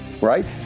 right